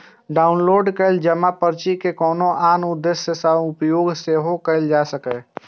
download कैल जमा पर्ची के कोनो आन उद्देश्य सं उपयोग सेहो कैल जा सकैए